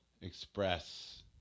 express